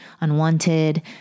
unwanted